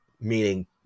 meaning